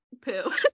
Poo